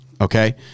Okay